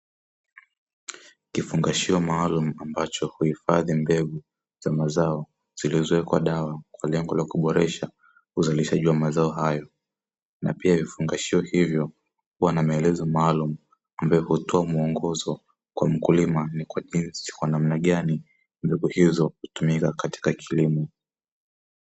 Kifungashio maalumu ambacho huifadhi mbegu za mazao, zilizowekwa dawa kwa lengo la kuboresha uzalishaji wa mazao hayo na pia vifungashio hivyo huwa na maelezo maalumu; ambayo hutoa muongozo kwa mkulima ni kwa namna gani mbegu hizo hutumika katika kilimo.